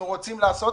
אנחנו רוצים לעשות,